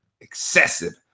Excessive